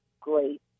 great